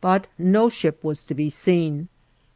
but no ship was to be seen